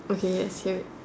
okay let's hear it